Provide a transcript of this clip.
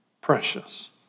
precious